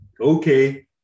okay